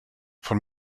von